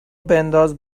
بنداز